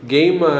Game